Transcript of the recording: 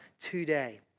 today